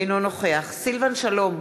אינו נוכח סילבן שלום,